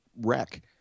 wreck